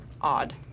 odd